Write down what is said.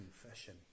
confession